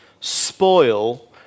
spoil